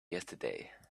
yesterday